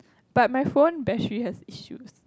but my phone battery has issues